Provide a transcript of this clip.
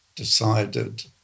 decided